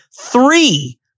three